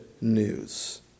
news